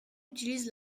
utilise